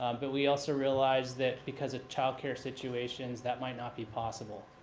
but we also realize that because of childcare situations that might not be possible.